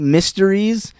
Mysteries